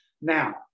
Now